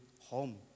home